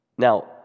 Now